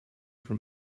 from